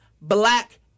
Black